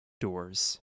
doors